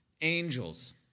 angels